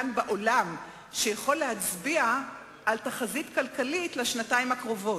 שיכול להצביע על תחזית כלכלית לשנתיים הקרובות.